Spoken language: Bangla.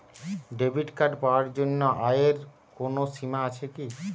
ডেবিট কার্ড পাওয়ার জন্য আয়ের কোনো সীমা আছে কি?